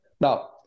Now